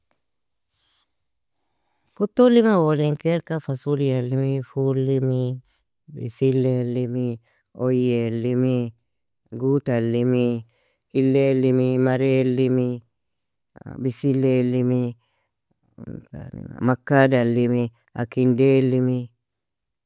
Futtolimi, owlin kailka, fasuliyalimi, fulimi, bisilelimi, oyealimi, gutalimi, illealim, marelimi, bisilelimi, makadalimi, akindealimi.